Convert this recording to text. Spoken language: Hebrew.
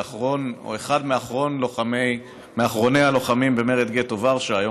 לאחרון או לאחד מאחרוני הלוחמים במרד גטו ורשה.